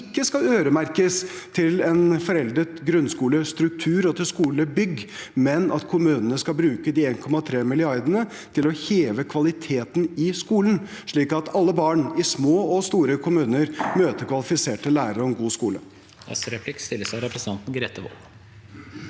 ikke skal øremerkes til en foreldet grunnskolestruktur og til skolebygg, men at kommunene skal bruke de 1,3 mrd. kr til å heve kvaliteten i skolen, slik at alle barn i små og store kommuner møter kvalifiserte lærere og en god skole.